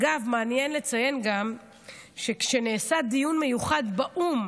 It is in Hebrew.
אגב, מעניין לציין גם שכשנעשה דיון מיוחד באו"ם